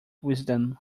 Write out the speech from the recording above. wisdom